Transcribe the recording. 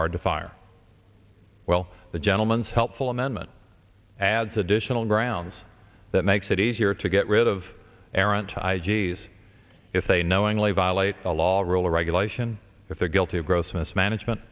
hard to fire while the gentleman's helpful amendment adds additional grounds that makes it easier to get rid of errant i g s if they knowingly violate a law rule or regulation if they're guilty of gross mismanagement